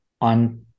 on